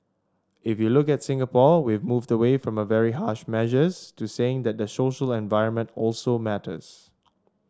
if you look at Singapore we've moved away from very harsh measures to saying that the social environment also matters